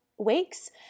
weeks